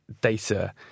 data